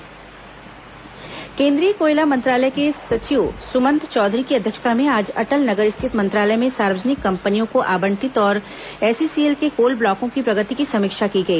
केंद्रीय मंत्री coal block समीक्षा केंद्रीय कोयला मंत्रालय के सचिव सुमंत चौधरी की अध्यक्षता में आज अटल नगर स्थित मंत्रालय में सार्वजनिक कंपनियों को आवंटित और एसईसीएल के कोल ब्लॉकों की प्रगति की समीक्षा की गई